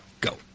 go